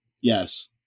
Yes